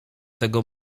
tego